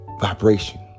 vibration